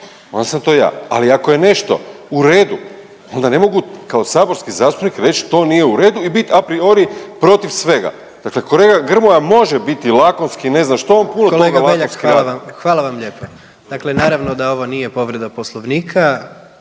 onda sam to ja. Ali ako je nešto u redu onda ne mogu kao saborski zastupnik reći to nije u redu i biti a priori protiv svega. Dakle, kolega Grmoja može biti lakonski ne znam što, on putno toga lakonski radi. **Jandroković, Gordan (HDZ)** Kolega Beljak, hvala vam, hvala vam lijepa. Dakle, naravno da ovo nije povreda Poslovnika.